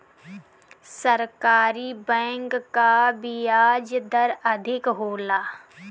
सरकारी बैंक कअ बियाज दर अधिका होला